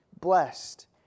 blessed